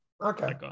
Okay